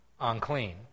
unclean